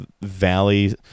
Valley